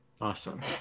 Awesome